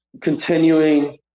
continuing